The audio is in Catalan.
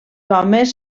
homes